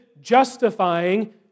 justifying